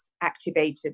activated